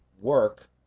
work